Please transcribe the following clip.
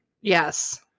Yes